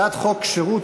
הצעת חוק שירות